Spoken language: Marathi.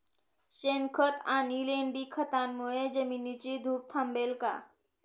शेणखत आणि लेंडी खतांमुळे जमिनीची धूप थांबेल का?